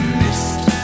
missed